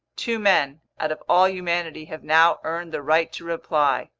two men out of all humanity have now earned the right to reply.